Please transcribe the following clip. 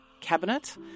cabinet